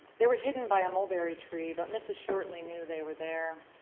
they were hidden by a mulberry tree, but mrs. shortley knew they were there.